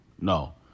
No